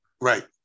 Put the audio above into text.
Right